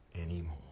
anymore